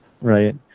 Right